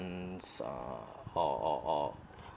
uh or or or